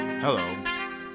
Hello